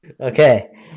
Okay